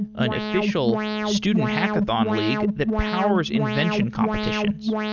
an official student hackathon league that powers invention competitions.